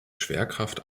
schwerkraft